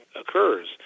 occurs